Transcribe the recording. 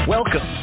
Welcome